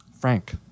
Frank